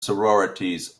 sororities